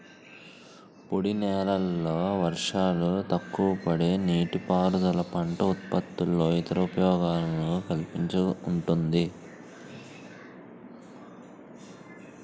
పొడినేలల్లో వర్షాలు తక్కువపడే నీటిపారుదల పంట ఉత్పత్తుల్లో ఇతర ఉపయోగాలను కలిగి ఉంటుంది